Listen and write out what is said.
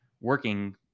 working